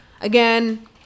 again